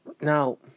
Now